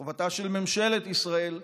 חובתה של ממשלת ישראל,